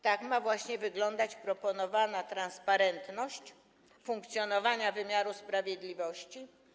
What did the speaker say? Tak ma właśnie wyglądać proponowana transparentność funkcjonowania wymiaru sprawiedliwości?